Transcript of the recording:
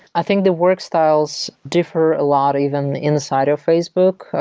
i think the work styles differ a lot, even inside of facebook,